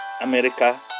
America